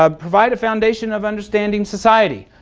um provide a foundation of understanding society.